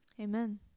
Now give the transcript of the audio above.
amen